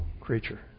creature